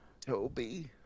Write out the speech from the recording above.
Toby